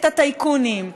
את הטייקונים,